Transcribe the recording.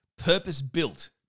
purpose-built